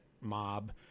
mob